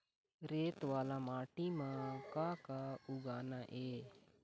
रेत वाला माटी म का का उगाना ये?